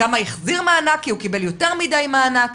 כמה החזיר מענק כי הוא קיבל יותר מדיי מענק.